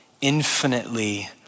infinitely